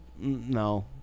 No